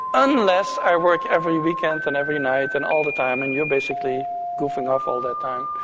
unless i work every weekend and every night and all the time and you are basically goofing off all that time.